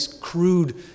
crude